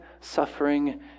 suffering